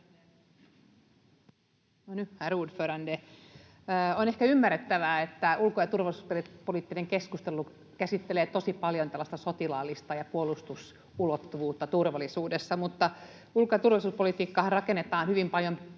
On ehkä ymmärrettävää, että ulko- ja turvallisuuspoliittinen keskustelu käsittelee tosi paljon tällaista sotilaallista ja puolustusulottuvuutta turvallisuudessa. Mutta ulko- ja turvallisuuspolitiikkaahan rakennetaan hyvin paljon